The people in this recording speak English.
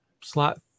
slot